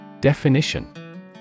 Definition